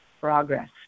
progress